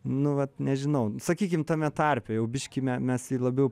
nu vat nežinau sakykim tame tarpe jau biškį me mes jį labiau